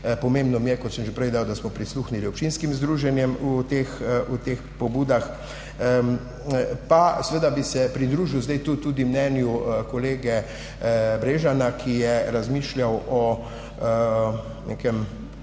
Pomembno mi je, kot sem že prej dejal, da smo prisluhnili občinskim združenjem v teh pobudah. Pa seveda bi se pridružil zdaj tu tudi mnenju kolega Brežana, ki je razmišljal o, bom